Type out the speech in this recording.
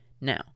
Now